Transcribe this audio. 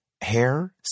hair